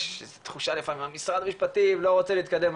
יש תחושה לפעמים משרד המשפטים לא רוצה להתקדם,